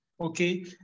okay